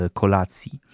kolacji